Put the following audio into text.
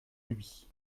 lui